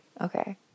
okay